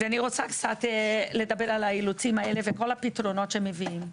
אני רוצה לדבר קצת על האילוצים האלה ועל כל הפתרונות שמביאים.